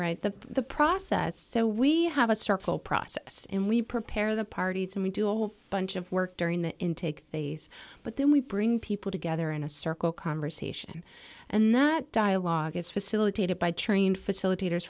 right that the process so we have a circle process and we prepare the parties and we do a whole bunch of work during the intake phase but then we bring people together in a circle conversation and that dialogue is facilitated by trained facilitators